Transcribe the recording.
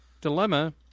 dilemma